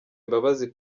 imbabazi